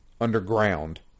underground